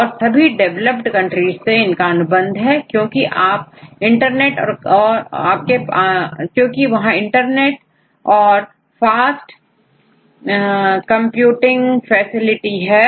और सभी developed countries में अनुबंध है क्योंकि वहां इंटरनेट और पास कंप्यूटिंग फैसिलिटी है